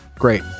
Great